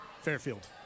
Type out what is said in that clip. Fairfield